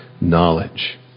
knowledge